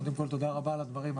קודם כול תודה רבה על הדברים.